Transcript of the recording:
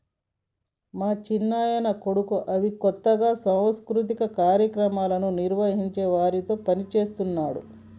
మా చిన్నాయన కొడుకు అవి కొత్తగా సాంస్కృతిక కార్యక్రమాలను నిర్వహించే వారితో పనిచేస్తున్నాడు